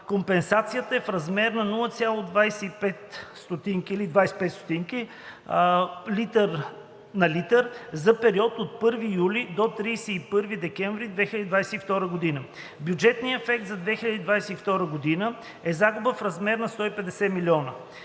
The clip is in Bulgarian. Компенсацията е в размер на 0,25 лв./литър за периода от 1 юли до 31 декември 2022 г. Бюджетният ефект за 2022 г. е загуба в размер на 150 млн.